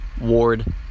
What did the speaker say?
Ward